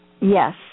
Yes